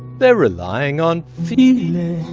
they're relying on feeling.